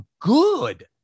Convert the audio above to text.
good